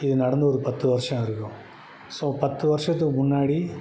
இது நடந்து ஒரு பத்து வருஷம் இருக்கும் ஸோ பத்து வருஷத்துக்கு முன்னாடி